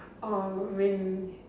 orange